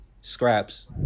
scraps